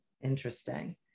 Interesting